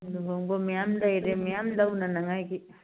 ꯂꯨꯍꯣꯡꯕ ꯃꯌꯥꯝ ꯂꯩꯔꯦ ꯃꯌꯥꯝ ꯂꯧꯅꯅꯉꯥꯏꯒꯤ